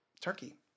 Turkey